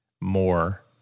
more